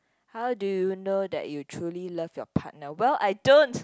how do you know that you truly love your partner well I don't